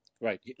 Right